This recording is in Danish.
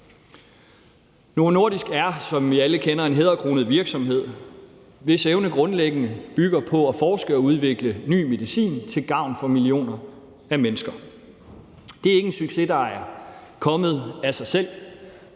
Nordisk er, som vi alle kender, en hæderkronet virksomhed, hvis evne grundlæggende bygger på at forske og udvikle ny medicin til gavn for millioner af mennesker. Det er ikke en succes, der er kommet af sig selv,